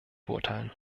beurteilen